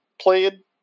played